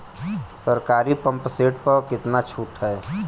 सरकारी pump set प कितना छूट हैं?